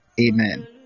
Amen